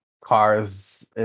cars